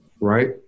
right